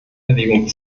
erwägung